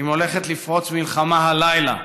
אם הולכת לפרוץ מלחמה הלילה